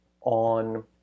on